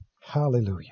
Hallelujah